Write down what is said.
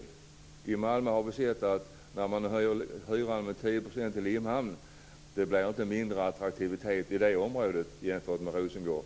I Malmö har vi sett att när man höjde hyran med 10 % i Limhamn blev det inte mindre attraktivitet i det området jämfört med i Rosengård.